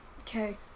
okay